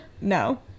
no